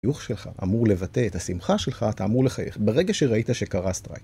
החיוך שלך אמור לבטא את השמחה שלך, אתה אמור לחייך ברגע שראית שקרה סטרייק